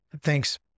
thanks